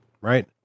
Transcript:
right